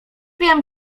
wiem